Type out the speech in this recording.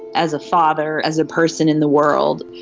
as a father, as a person in the world,